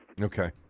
Okay